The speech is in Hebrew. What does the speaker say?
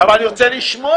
אבל אני רוצה לשמוע.